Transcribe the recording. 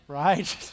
right